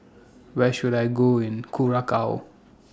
Where should I Go in Curacao